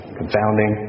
confounding